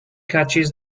catches